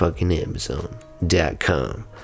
amazon.com